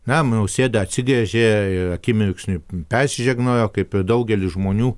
na nausėda atsigręžė akimirksniui persižegnojo kaip ir daugelis žmonių